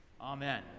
amen